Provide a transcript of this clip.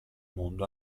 mondo